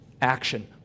action